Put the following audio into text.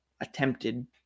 attempted